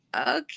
okay